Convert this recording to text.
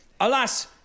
Alas